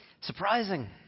Surprising